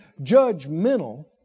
judgmental